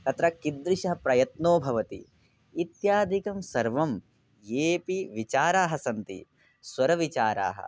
तत्र कीदृशः प्रयत्नो भवति इत्यादिकं सर्वं येऽपि विचाराः सन्ति स्वरविचाराः